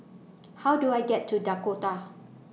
How Do I get to Dakota